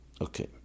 Okay